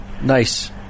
Nice